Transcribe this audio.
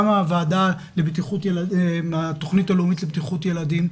גם מהתוכנית הלאומית לבטיחות ילדים,